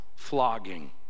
flogging